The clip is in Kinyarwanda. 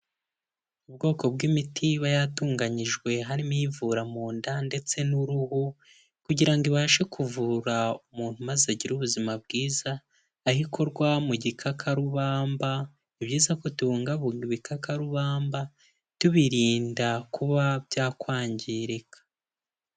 Ubwoko bw'imiti iba yatunganyijwe harimo ivura mu nda ndetse n'uruhu kugira ngo ibashe kuvura umuntu maze agire ubuzima bwiza aho ikorwa mu gikakarubamba, ni byiza ko tubungabunga ibikakarubamba tubirinda kuba byakwangirika.